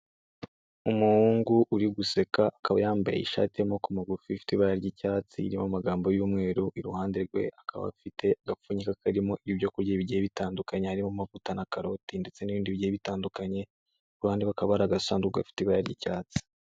Umuhungu uri guseka akaba yambaye ishati y'amaboko magufi ifite ibara ry'icyatsi irimo amagambo y'umweru, iruhande rwe akaba afite agapfunyika karimo ibyo kurya bigiye bitandukanye harimo amavuta na karoti ndetse n'ibindi bigiye bitandukanye, ku ruhande hakaba hari agasanduku gafite ibara ry'icyatsi.